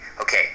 Okay